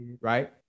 right